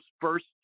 first